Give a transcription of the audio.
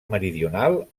meridional